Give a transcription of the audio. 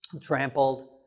trampled